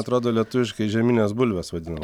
atrodo lietuviškai žiemines bulves vadina